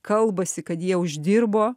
kalbasi kad jie uždirbo